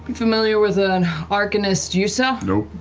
familiar with an arcanist yussa? you know